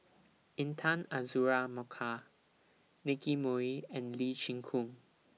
Intan Azura Mokhtar Nicky Moey and Lee Chin Koon